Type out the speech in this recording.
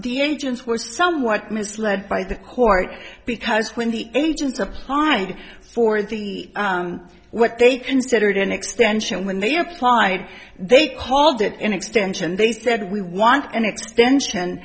the agents were somewhat misled by the court because when the agents applied for the what they considered an extension when they applied they called it an extension they said we want an extension